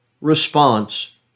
response